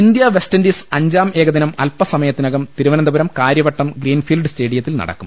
India West Indies അഞ്ചാം ഏകദിനം അൽപസമയത്തിനകം തിരുവ നന്തപുരം കാര്യവട്ടം ഗ്രീൻഫീൽഡ് സ്റ്റേഡിയത്തിൽ നടക്കും